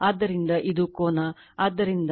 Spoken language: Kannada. ಆದ್ದರಿಂದ ಇದು ಕೋನ ಆದ್ದರಿಂದ